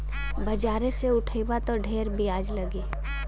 बाजारे से उठइबा त ढेर बियाज लगी